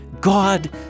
God